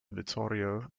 vittorio